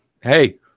Hey